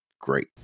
great